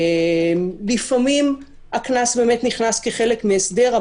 לפעמים הקנס באמת נכנס כחלק מהסדר,